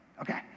Okay